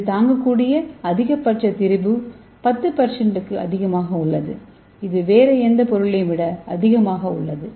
இது தாங்கக்கூடிய அதிகபட்ச திரிபு 10 க்கும் அதிகமாக உள்ளது இது வேறு எந்த பொருளையும் விட அதிகமாக உள்ளது